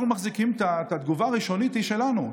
התגובה הראשונית היא שלנו,